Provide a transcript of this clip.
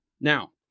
Now